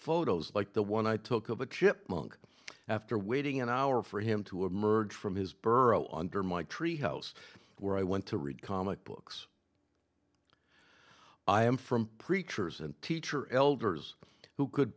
photos like the one i took of a chipmunk after waiting an hour for him to emerge from his burrow under my tree house where i went to read comic books i am from preachers and teacher elders who could